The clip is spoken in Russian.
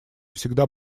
всегда